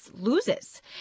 loses